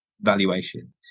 valuation